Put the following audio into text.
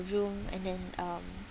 room and then um